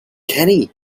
kenny